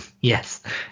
yes